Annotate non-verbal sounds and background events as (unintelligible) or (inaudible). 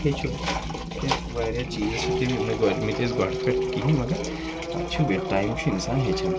ہیٚچھِو واریاہ چیٖز (unintelligible) مگر اَتھ چھُ بیٚیہِ ٹایم چھُ اِنسان ہیٚچھان